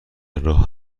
راه